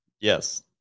Yes